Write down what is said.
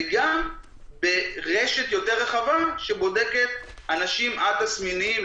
וגם ברשת יותר רחבה שבודקת אנשים א-תסמיניים,